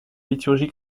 liturgie